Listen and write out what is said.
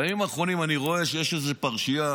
בימים האחרונים אני רואה שיש איזו פרשייה